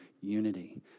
unity